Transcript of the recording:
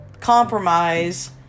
compromise